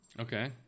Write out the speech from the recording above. Okay